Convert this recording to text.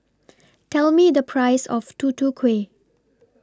Tell Me The Price of Tutu Kueh